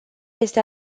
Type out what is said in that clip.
este